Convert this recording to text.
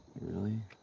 really?